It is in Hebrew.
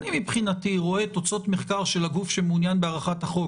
אני מבחינתי רואה תוצאות מחקר של הגוף שמעוניין בהארכת החוק,